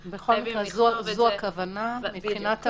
זה --- בל מקרה זו הכוונה מבחינת הניסוח.